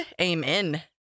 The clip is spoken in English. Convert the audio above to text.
amen